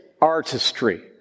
artistry